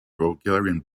bulgarian